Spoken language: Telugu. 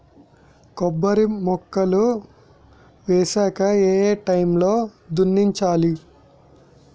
కొబ్బరి మొక్కలు వేసాక ఏ ఏ టైమ్ లో దున్నించాలి?